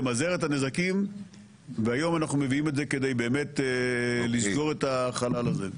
למזער את הנזקים והיום אנחנו מביאים את זה כדי באמת לסגור את החלל הזה.